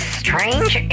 strange